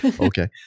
Okay